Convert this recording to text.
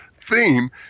theme –